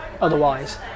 Otherwise